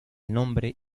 nombre